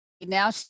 now